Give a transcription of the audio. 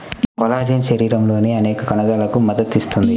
collagen శరీరంలోని అనేక కణజాలాలకు మద్దతు ఇస్తుంది